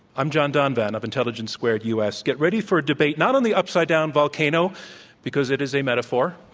i'm john donvan of intelligence squared u. s. get ready for a debate not on the upside-down volcano because it is a metaphor,